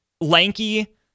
lanky